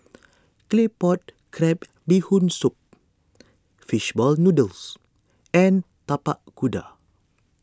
Claypot Crab Bee Hoon Soup Fish Ball Noodles and Tapak Kuda